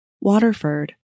Waterford